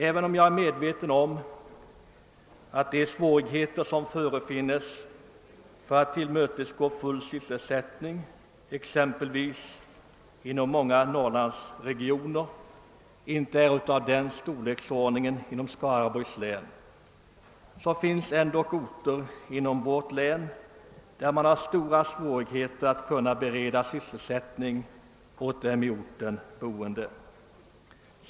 även om jag är medveten om att de svårigheter som förefinns för att tillgodose full sysselsättning exempelvis inom många Norrlandsregioner inte är av den storleksordningen inom Skaraborgs län, så finns det ändock orter inom Skaraborgs län där man har stora svårigheter att kunna bereda sysselsättning åt de på orten boende.